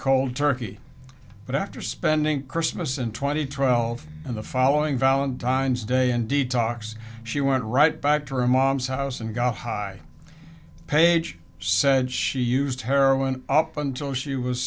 cold turkey but after spending christmas in two thousand and twelve and the following valentine's day in detox she went right back to her mom's house and got high page said she used heroin up until she was